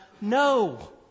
no